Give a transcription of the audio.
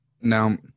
Now